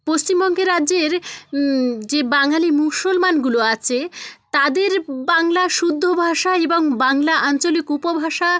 পশ্চিমবঙ্গে রাজ্যের যে বাঙালি মুসলমানগুলো আছে তাদের বাংলা শুদ্ধ ভাষা এবং বাংলা আঞ্চলিক উপভাষা